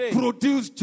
produce